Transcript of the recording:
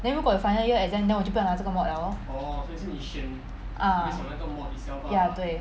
then 如果有 final year exam then 我就不要拿这个 mod liao lor uh ya 对